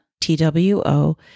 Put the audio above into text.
T-W-O